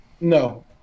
No